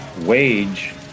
wage